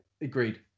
Agreed